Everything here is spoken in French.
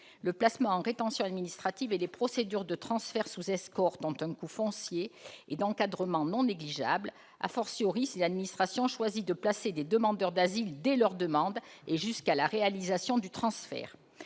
le placement en rétention administrative et les procédures de transfert sous escorte ont un coût foncier et d'encadrement non négligeable, si l'administration choisit de placer en rétention des demandeurs d'asile dès leur demande, et ce jusqu'à la réalisation du transfert.